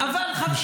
לא יהיה.